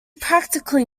practically